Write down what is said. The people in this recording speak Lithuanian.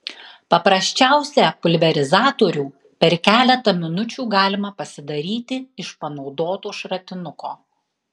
paprasčiausią pulverizatorių per keletą minučių galima pasidaryti iš panaudoto šratinuko